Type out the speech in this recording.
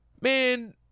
man